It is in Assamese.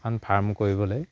ফাৰ্ম কৰিবলৈ